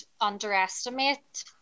underestimate